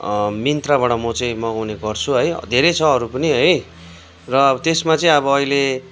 मिन्त्राबाट म चाहिँ मगाउने गर्छु है धेरै छ अरू पनि है र त्यसमा चाहिँ अब अहिले